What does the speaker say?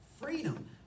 freedom